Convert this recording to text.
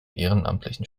ehrenamtlichen